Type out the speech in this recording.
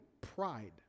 pride